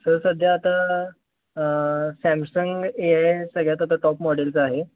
sir सध्या आता Samsung A I सगळ्यात आता टॉप मॉडेलचा आहे